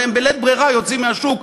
והם בלית ברירה יוצאים מהשוק,